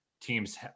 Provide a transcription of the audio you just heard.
teams